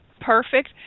perfect